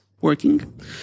working